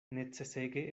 necesege